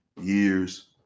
years